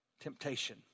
temptation